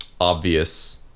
obvious